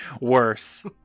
worse